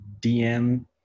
DM